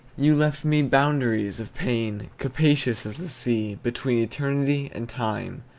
you left me boundaries of pain capacious as the sea, between eternity and time,